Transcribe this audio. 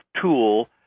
tool